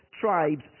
tribes